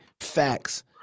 facts